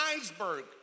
iceberg